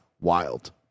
Wild